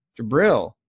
Jabril